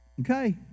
Okay